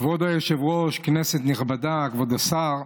כבוד היושב-ראש, כנסת נכבדה, כבוד השר,